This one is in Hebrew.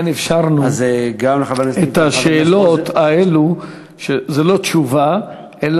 אז גם לחבר הכנסת ליפמן וחבר הכנסת,